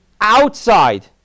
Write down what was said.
outside